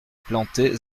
plantées